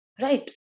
right